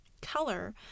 color